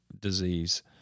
disease